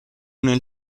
nel